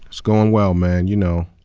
going well, man, you know.